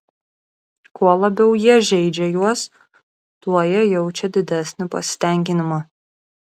kuo labiau jie žeidžia juos tuo jie jaučia didesnį pasitenkinimą